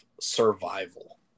survival